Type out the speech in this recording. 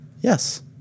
Yes